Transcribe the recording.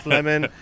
Lemon